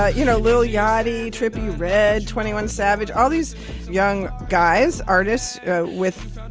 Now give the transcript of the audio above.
ah you know, lil yachty, trippie redd, twenty one savage all these young guys artists with,